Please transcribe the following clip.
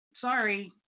Sorry